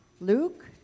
Luke